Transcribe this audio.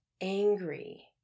angry